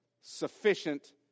sufficient